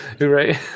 Right